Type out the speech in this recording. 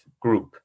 group